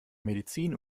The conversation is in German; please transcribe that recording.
medizin